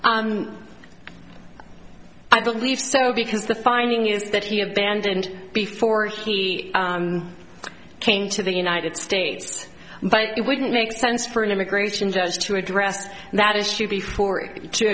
or i believe so because the finding is that he abandoned before he came to the united states but it wouldn't make sense for an immigration judge to address that issue before